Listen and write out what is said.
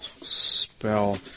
spell